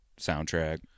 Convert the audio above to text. soundtrack